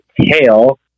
tail